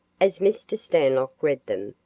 as mr. stanlock read them,